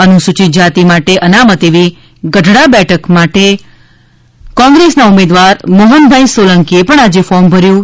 અનુસૂચિત જાતિ માટે અનામત એવી ગઢડા બેઠક માટે કોંગ્રેસના ઉમેદવાર મોહન ભાઈ સોલંકી એ પણ આજે ફોર્મ ભર્યું છે